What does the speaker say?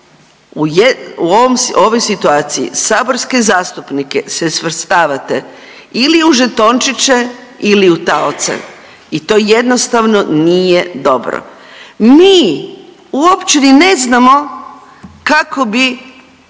u ovoj situaciji saborske zastupnike se svrstavate ili u žetončiće ili u taoce i to jednostavno nije dobro. Mi uopće ni ne znamo kako bi